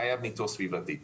חייב ניטור סביבתי,